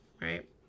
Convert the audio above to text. right